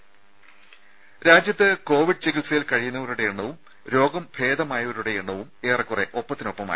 രുര രാജ്യത്ത് കോവിഡ് ചികിത്സയിൽ കഴിയുന്നവരുടെ എണ്ണവും രോഗം ഭേദമായവരുടെ എണ്ണവും ഏറെക്കുറെ ഒപ്പത്തിനൊപ്പമായി